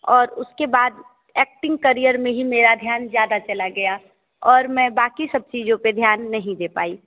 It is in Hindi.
और उसके बाद एक्टिंग करियर में ही मेरा ध्यान ज़्यादा चला गया और मैं बाक़ी सब चीज़ों पर ध्यान नहीं दे पाई